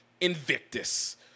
Invictus